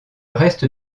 reste